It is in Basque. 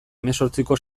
hemezortziko